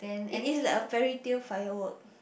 it is like a fairy tale firework